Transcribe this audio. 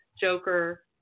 Joker